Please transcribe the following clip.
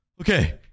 okay